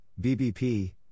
BBP